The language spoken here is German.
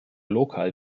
lokal